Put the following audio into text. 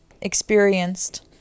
experienced